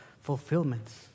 fulfillments